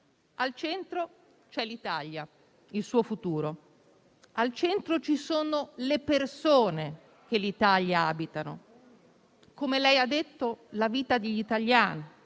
Al centro c'è l'Italia, il suo futuro; al centro ci sono le persone che l'Italia abitano e, come lei ha detto, la vita degli italiani,